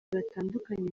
batandukanye